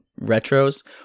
retros